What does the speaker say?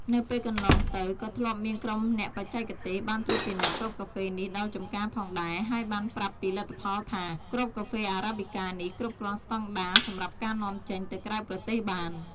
នៅពេលកន្លងទៅក៏ធ្លាប់មានក្រុមអ្នកបច្ចេកទេសបានត្រួតពិនិត្យគ្រាប់កាហ្វេនេះដល់ចម្ការផងដែរ ហើយបានប្រាប់ពីលទ្ធផលថា គ្រាប់កាហ្វេ Arabica នេះ គ្រប់គ្រាន់ស្តង់ដារសម្រាប់ការនាំចេញទៅក្រៅប្រទេសបាន។